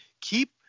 keep